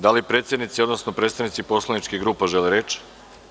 Da li predsednici, odnosno predstavnici poslaničkih grupa žele reč?